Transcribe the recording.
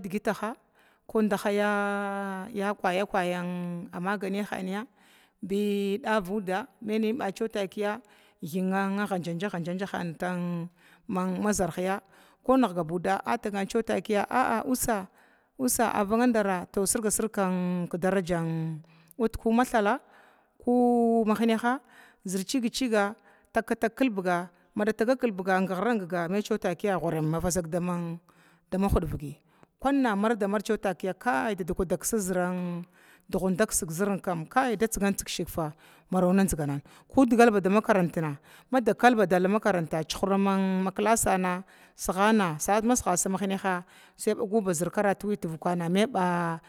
digitaha ko deha digitaha kwaya kwaya maganiya hana bi davuda mainin ko hajaja hajajanya ma zərya, ko tagar usya nusa avangadara sirga sir daragan uud mathala ku mahniha kilbia ma gahragi mada ta uuda mai takiya gwurim vadzak dama hudvigya, kuna marga mary takiya kuna dughun daksig zəirna da tsigant tsig shigfa ko digalba da makarantna chuhra ma klasana masigas da hinaha baguba karatu wana